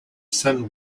sun